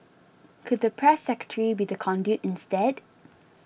could the press secretary be the conduit instead